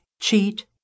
cheat